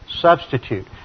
substitute